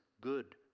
good